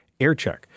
aircheck